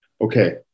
Okay